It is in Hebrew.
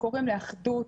שקוראים לאחדות,